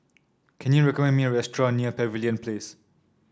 can you recommend me a restaurant near Pavilion Place